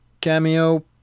cameo